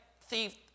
thief